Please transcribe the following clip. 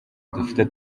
dufite